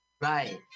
Right